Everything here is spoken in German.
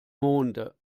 monde